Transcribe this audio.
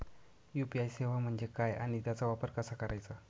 UPI सेवा म्हणजे काय आणि त्याचा वापर कसा करायचा?